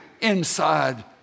inside